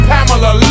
Pamela